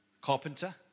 Carpenter